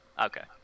Okay